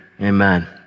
Amen